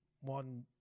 one